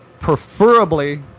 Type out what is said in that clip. preferably